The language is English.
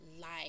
life